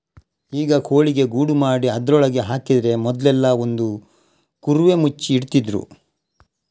ಈಗ ಕೋಳಿಗೆ ಗೂಡು ಮಾಡಿ ಅದ್ರೊಳಗೆ ಹಾಕಿದ್ರೆ ಮೊದ್ಲೆಲ್ಲಾ ಒಂದು ಕುರುವೆ ಮುಚ್ಚಿ ಇಡ್ತಿದ್ರು